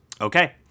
Okay